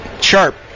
sharp